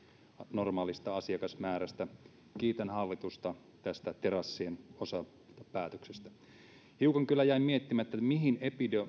normaalista asiakasmäärästä kiitän hallitusta tästä terassien osapäätöksestä hiukan kyllä jäin miettimään mihin